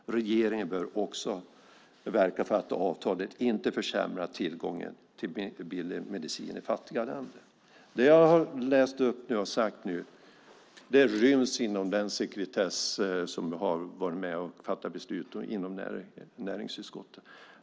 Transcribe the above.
Regeringen bör också verka för att avtalet inte försämrar tillgången till billig medicin i fattiga länder. Det jag har sagt nu ryms inom den överenskommelse om sekretess som vi har varit med och fattat beslut om i näringsutskottet.